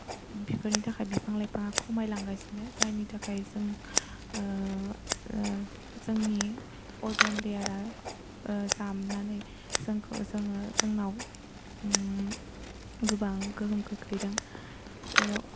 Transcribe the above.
बिफोरनि थाखाय बिफां लाइफांआ खमायलांगासिनो जायनि थाखाय जों जोंनि अजन लेयारा जामनानै जोंखौ जोङो जोंनाव गोबां गोहोम खोख्लैदों